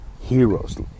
heroes